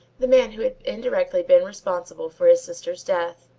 the man who had indirectly been responsible for his sister's death.